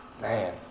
Man